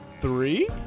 three